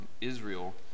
Israel